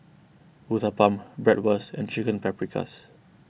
Uthapam Bratwurst and Chicken Paprikas